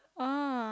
ah